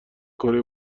کره